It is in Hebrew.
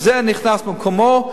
וזה נכנס במקומו.